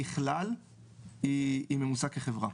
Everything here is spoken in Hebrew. ככלל היא ממוסה כחברה.